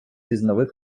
різновид